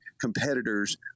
competitors